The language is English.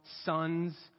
sons